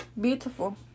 beautiful